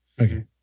Okay